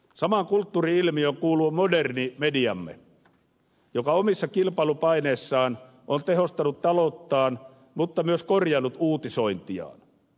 samaan kulttuuri ilmiöön kuuluu moderni mediamme joka omissa kilpailupaineissaan on tehostanut talouttaan mutta myös korjannut uutisointiaan